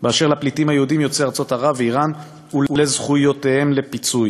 לפליטים היהודים יוצאי ארצות ערב ואיראן ולזכויותיהם לפיצוי.